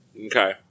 okay